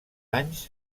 anys